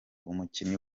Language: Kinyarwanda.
umukinnyi